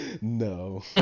No